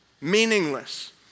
meaningless